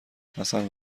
حسن